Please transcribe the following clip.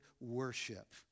worship